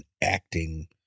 acting